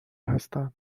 هستند